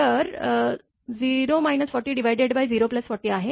तर 040 आहे